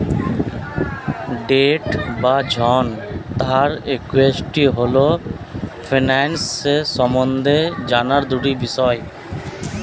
date বা ঋণ আর ইক্যুইটি হল ফিন্যান্স সম্বন্ধে জানার দুটি বিষয়